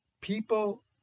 people